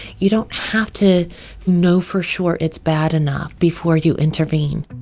you don't have to know for sure it's bad enough before you intervene